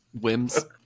whims